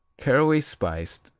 caraway spiced,